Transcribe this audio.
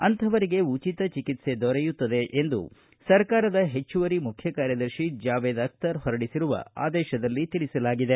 ಅಂತಪವರಿಗೆ ಉಚಿತ ಚಿಕಿತ್ಸೆ ದೊರೆಯುತ್ತದೆ ಎಂದು ಸರ್ಕಾರದ ಹೆಚ್ಚುವರಿ ಮುಖ್ಯ ಕಾರ್ಯದರ್ಶಿ ಜಾವೇದ ಅಖ್ತರ ಹೊರಡಿಸಿರುವ ಆದೇಶದಲ್ಲಿ ತಿಳಿಸಲಾಗಿದೆ